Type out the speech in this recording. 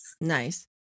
Nice